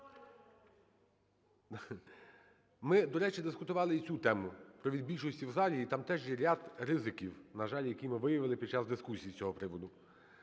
Ми, до речі, дискутували і цю тему, про від більшості в залі, і там теж є ряд ризиків, на жаль, які ми виявили під час дискусії з цього приводу.